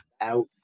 out